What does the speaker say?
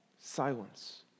Silence